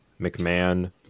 McMahon